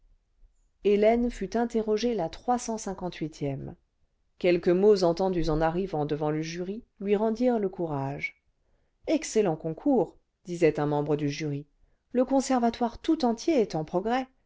hélène fut interrogée la trois cent cinquante huitième quelques mots entendus en arrivant devant le jury lui rendirent le courage ce excellent concours disait un membre clu jury le conservatoire tout entier est en progrès